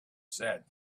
said